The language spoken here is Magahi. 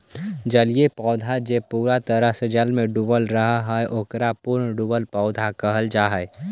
जलीय पौधा जे पूरा तरह से जल में डूबल रहऽ हई, ओकरा पूर्णतः डुबल पौधा कहल जा हई